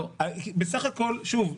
שוב,